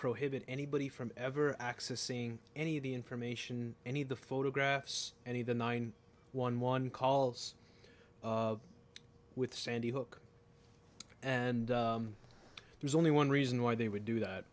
prohibit anybody from ever access seeing any of the information any of the photographs any of the nine one one calls with sandy hook and there's only one reason why they would do that